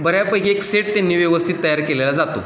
बऱ्यापैकी एक सेट त्यांनी व्यवस्थित तयार केलेला जातो